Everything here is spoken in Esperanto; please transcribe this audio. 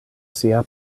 sia